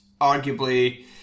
arguably